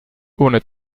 ohne